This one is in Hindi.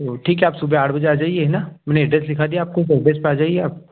तो ठीक है आप सुबह आठ बजे आ जाइए है ना मैंने एड्रेस लिखा दिया आपको उस एड्रेस पर आ जाइए आप